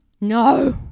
No